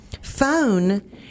phone